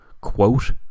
quote